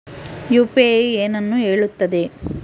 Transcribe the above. UPI ಏನನ್ನು ಹೇಳುತ್ತದೆ?